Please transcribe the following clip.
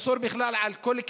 אני עד היום לא דיברתי על זה,